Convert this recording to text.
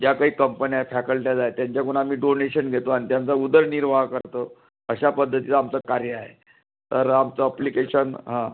ज्या काही कंपन्या आहे फॅकल्ट्याज आहेत त्यांच्याकडून आम्ही डोनेशन घेतो आणि त्यांचा उदरनिर्वाह करतो अशा पद्धतीचं आमचं कार्य आहे तर आमचं अप्लिकेशन